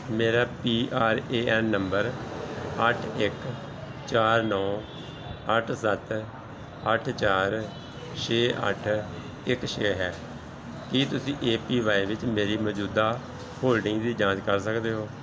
ਮੇਰਾ P R A N number ਅੱਠ ਇੱਕ ਚਾਰ ਨੌਂ ਅੱਠ ਸੱਤ ਅੱਠ ਚਾਰ ਛੇ ਅੱਠ ਇੱਕ ਛੇ ਹੈ ਕੀ ਤੁਸੀਂ ਏ ਪੀ ਵਾਈ ਵਿੱਚ ਮੇਰੀ ਮੌਜੂਦਾ ਹੋਲਡਿੰਗਜ਼ ਦੀ ਜਾਂਚ ਕਰ ਸਕਦੇ ਹੋ